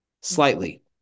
Slightly